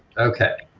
okay.